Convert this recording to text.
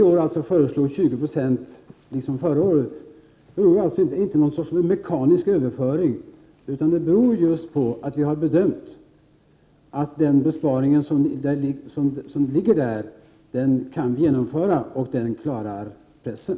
När vi i år föreslår en nedskärning på 20 26 beror det inte på något slags mekanisk överföring utan på vår bedömning att pressen klarar den nedskärningen.